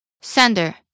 Sender